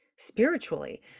spiritually